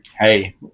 Hey